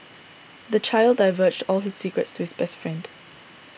the child divulged all his secrets to his best friend